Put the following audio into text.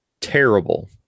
Terrible